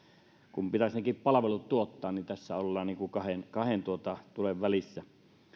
kun pitäisi nekin palvelut tuottaa niin tässä ollaan niin kuin kahden kahden tulen välissä